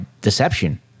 deception